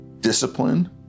discipline